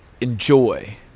enjoy